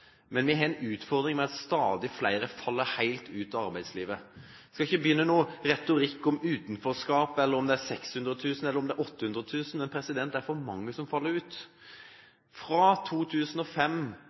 men vi har en utfordring med at stadig flere faller helt ut av arbeidslivet. Jeg skal ikke begynne noen retorikk om utenforskap, eller om det er 600 000 eller 800 000, men det er for mange som faller ut.